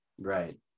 Right